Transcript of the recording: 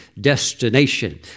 destination